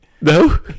No